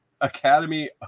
Academy